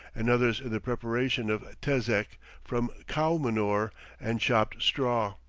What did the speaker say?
and others in the preparation of tezek from cow manure and chopped straw.